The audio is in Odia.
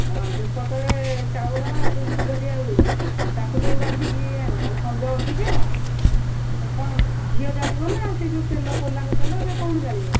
ହଁ ଦୀପ ତଳେ ଚାଉଳ ଆଉ ଯେଉଁ ଫୁଲ ଦିଆ ହୁଏ ତାକୁ ସବୁ ବାନ୍ଧିକି ଆଣିବ ଆଉ ସଞ୍ଜ ଅଧିକା ଆଉ କ'ଣ ଘିଅ ଜଳିବ ନାଁ କ'ଣ ସେ ଯେଉଁ ତେଲ ପୋଲାଙ୍ଗ ତେଲ ନା କ'ଣ ଜାଳିବ